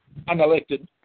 unelected